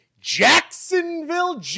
Jacksonville